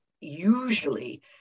usually